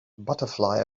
butterfly